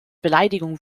beleidigung